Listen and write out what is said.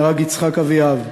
נהרג יצחק אביאב,